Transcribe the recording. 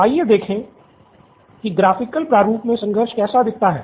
आइए देखें कि ग्राफिकल प्रारूप में संघर्ष कैसा दिखता है